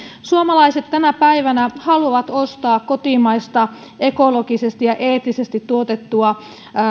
suomalaiset tänä päivänä haluavat ostaa kotimaista ekologisesti ja eettisesti tuotettua